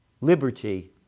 liberty